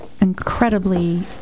incredibly